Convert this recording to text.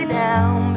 down